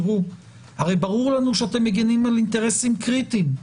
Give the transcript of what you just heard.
הרי ברור לנו שאתם מגינים על אינטרסים קריטיים,